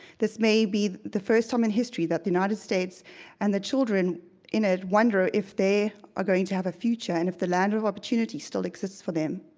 this may be the first time in history that the united states and the children in it a wonder if they are going to have a future and if the land of opportunity still exists for them.